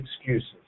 excuses